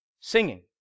singing